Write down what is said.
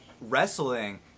wrestling